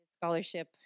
scholarship